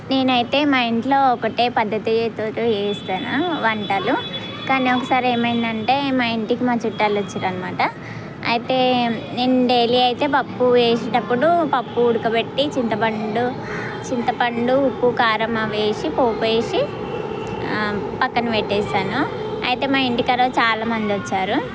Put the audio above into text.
నేను అయితే మా ఇంట్లో ఒకటే పద్ధతితో చేస్తాను వంటలు కానీ ఒకసారి ఏమైందంటే మా ఇంటికి మా చుట్టాలు వచ్చారు అనమాట అయితే నేను డైలీ అయితే పప్పు చేసేటప్పుడు పప్పు ఉడకపెట్టి చింతపండు చింతపండు ఉప్పు కారం అవేసి పోపేసి పక్కన పెట్టేసాను అయితే మా ఇంటికి ఆ రోజు చాలా మంది వచ్చారు